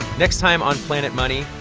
next time on planet money,